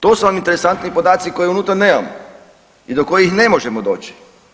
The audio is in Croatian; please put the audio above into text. To su nam interesantni podaci koje unutra nemamo i do kojih ne možemo doći.